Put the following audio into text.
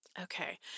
Okay